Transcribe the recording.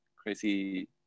Crazy